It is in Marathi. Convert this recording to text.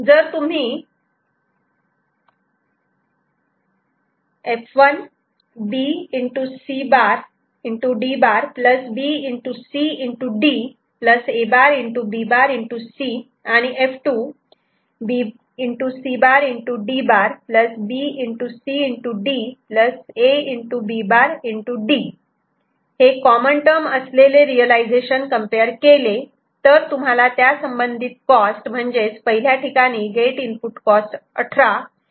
जर तुम्ही हे कॉमन टर्म असलेले रियलायझेशन कम्पेअर केले तर तुम्हाला त्यासंबंधित कॉस्ट म्हणजेच पहिल्या ठिकाणी गेट इनपुट कॉस्ट 18 आणि एकूण कॉस्ट 24 मिळते